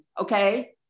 okay